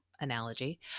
analogy